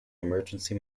emergency